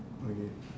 okay